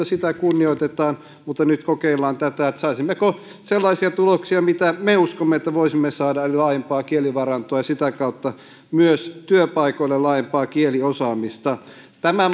sitä kunnioitetaan mutta nyt kokeillaan tätä sitä että saisimmeko sellaisia tuloksia mitä me uskomme että voisimme saada eli laajempaa kielivarantoa ja sitä kautta myös työpaikoille laajempaa kieliosaamista tämä